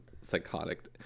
psychotic